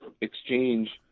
exchange